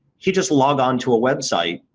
you just log onto a website,